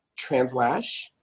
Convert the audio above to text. Translash